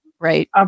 Right